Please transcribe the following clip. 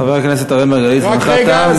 חבר הכנסת אראל מרגלית, זמנך תם.